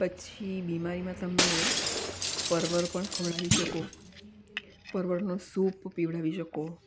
પછી બીમારીમાં તમે પરવર પણ ખવડાવી શકો પરવળનો સૂપ પીવડાવી શકો